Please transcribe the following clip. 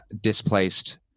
displaced